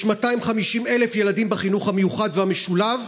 יש 250,000 ילדים בחינוך המיוחד והמשולב,